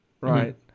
right